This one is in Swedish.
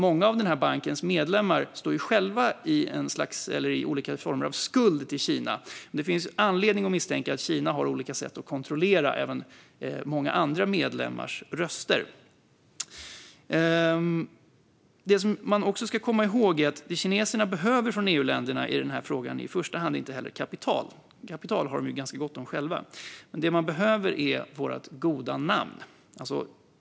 Många av bankens medlemmar står själva i olika former av skuld till Kina, och det finns anledning att misstänka att Kina har olika sätt att kontrollera även många andra medlemmars röster. Det vi också ska komma ihåg är att vad kineserna behöver från EU-länderna i denna fråga är i första hand inte kapital. Det har de ganska gott om själva. Det de behöver är vårt goda namn.